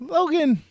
Logan